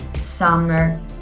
summer